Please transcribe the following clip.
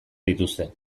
dituzte